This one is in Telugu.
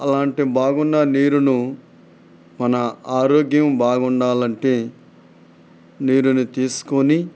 అలాంటి బాగున్న నీరును మన ఆరోగ్యం బాగుండాలంటే నీటిని తీసుకొని